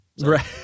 Right